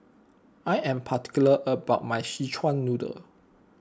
I am particular about my Szechuan Noodle